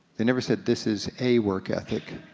they never said, this is a work ethic,